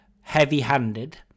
heavy-handed